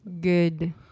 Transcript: Good